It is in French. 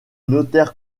notaire